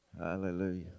Hallelujah